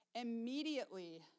immediately